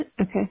Okay